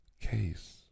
case